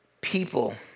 people